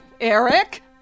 Eric